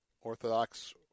Orthodox